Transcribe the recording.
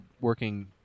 working